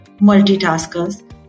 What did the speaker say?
multitaskers